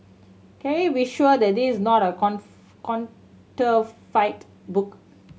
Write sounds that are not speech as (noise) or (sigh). can we be sure that this is not a (unintelligible) counterfeit book